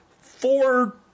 four